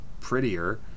prettier